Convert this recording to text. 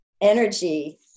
energy